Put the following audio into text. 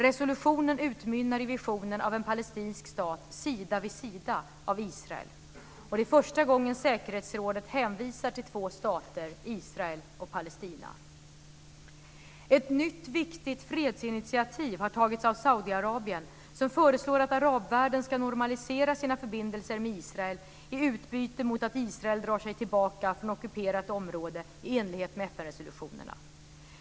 Resolutionen utmynnar i visionen av en palestinsk stat sida vid sida med Israel. Det är första gången säkerhetsrådet hänvisar till två stater, Israel och Palestina. Ett nytt viktigt fredsinitiativ har tagits av Saudiarabien som föreslår att arabvärlden ska normalisera sina förbindelser med Israel i utbyte mot att Israel drar sig tillbaka från ockuperat område i enlighet med FN-resolutionerna.